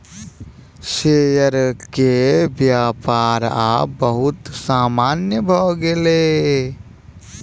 share के व्यापार आब बहुत सामान्य भ गेल अछि